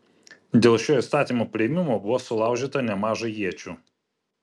dėl šio įstatymo priėmimo buvo sulaužyta nemaža iečių